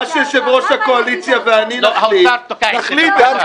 מה שיושב-ראש הקואליציה ואני נחליט נחליט.